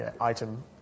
item